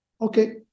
Okay